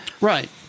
Right